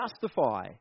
justify